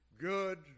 good